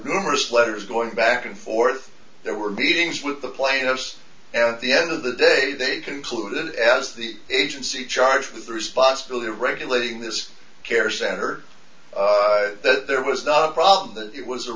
numerous letters going back and forth there were meetings with the plaintiffs and at the end of the day they concluded as the agency charged for the responsibility of regulating this care center that there was not a problem that it was a